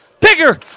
bigger